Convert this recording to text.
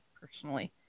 personally